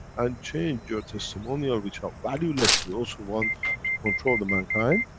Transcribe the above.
and change your testimonial, which are valueless, to those who want to control the mankind,